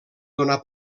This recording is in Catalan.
donar